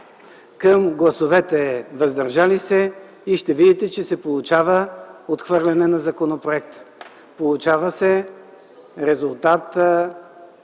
към гласовете „въздържали се” и ще видите, че се получава отхвърляне на законопроекта. Получава се резултат